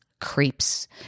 creeps